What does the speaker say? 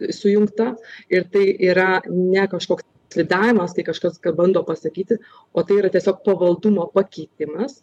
sujungta ir tai yra ne kažkoks likvidavimas tai kažkas ką bando pasakyti o tai yra tiesiog pavaldumo pakeitimas